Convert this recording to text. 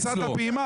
מתן,